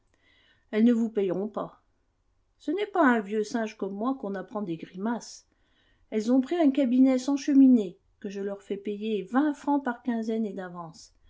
elles ne vous payeront pas ce n'est pas à un vieux singe comme moi qu'on apprend des grimaces elles ont pris un cabinet sans cheminée que je leur fais payer vingt francs par quinzaine et d'avance